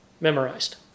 memorized